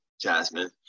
jasmine